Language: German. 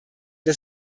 das